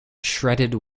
shredded